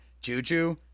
Juju